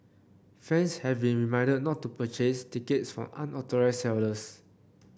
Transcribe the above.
fans have been reminded not to purchase tickets from unauthorised sellers